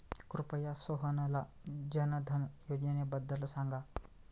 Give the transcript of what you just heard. कृपया सोहनला जनधन योजनेबद्दल सांगा